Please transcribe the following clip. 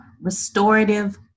restorative